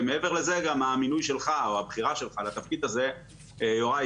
ומעבר לזה גם הבחירה שלך לתפקיד הזה יוראי,